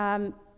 um,